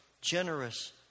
generous